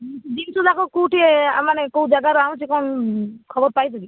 ଜିନିଷ ଯାକ କେଉଁଠି ହେ ମାନେ କେଉଁ ଜାଗାରୁ ଆଣୁଛି କ'ଣ ଖବର ପାଇଛୁ କି